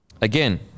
Again